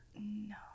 No